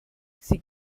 sie